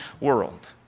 world